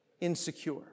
insecure